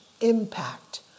impact